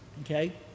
Okay